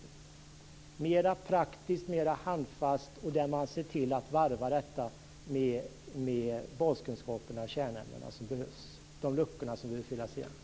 Man kan göra det mera praktiskt och mera handfast och se till att varva det med baskunskaper i kärnämnen där det finns luckor att fylla igen.